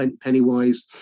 Pennywise